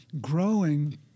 growing